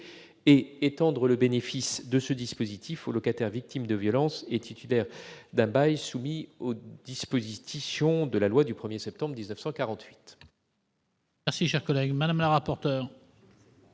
à étendre le bénéfice de ce dispositif aux locataires victimes de violences et titulaires du bail soumis aux dispositions de la loi du 1 septembre 1948. Quel est l'avis de la commission